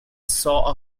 saw